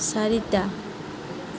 চাৰিটা